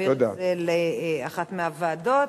להעביר את זה לאחת מהוועדות,